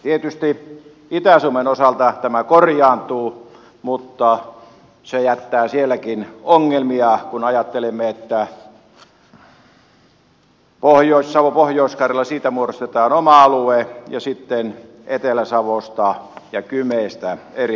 tietysti itä suomen osalta tämä korjaantuu mutta se jättää sielläkin ongelmia kun ajattelemme että pohjois savosta ja pohjois karjalasta muodostetaan oma alue ja sitten etelä savosta ja kymestä eri alue